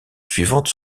suivantes